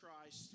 Christ